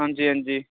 आंजी आंजी